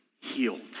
healed